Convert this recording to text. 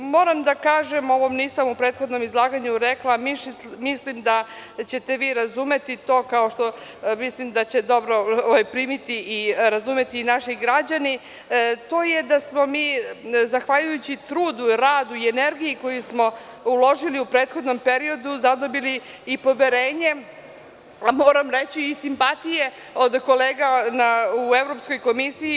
Moram da kažem, ovo nisam u prethodnom izlaganju rekla, mislim da ćete vi razumeti to, kao što mislim da će dobro primiti i razumeti naši građani, to je da smo mi zahvaljujući trudu, radu i energiji koju smo uložili u prethodnom periodu zadobili i poverenje, moram reći, i simpatije od kolega u Evropskoj komisiji.